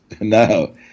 No